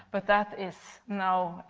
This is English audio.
but that is now